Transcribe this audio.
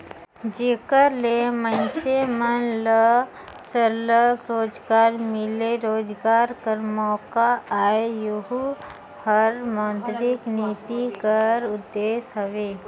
जेकर ले मइनसे मन ल सरलग रोजगार मिले, रोजगार कर मोका आए एहू हर मौद्रिक नीति कर उदेस हवे